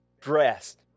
dressed